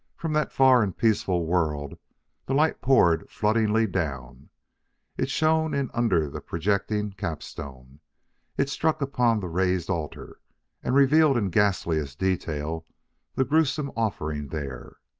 from that far and peaceful world the light poured floodingly down it shone in under the projecting capstone it struck upon the raised altar and revealed in ghastliest detail the gruesome offering there.